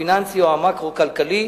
הפיננסי או המקרו-כלכלי.